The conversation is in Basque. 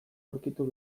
aurkitu